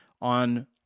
on